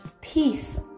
peace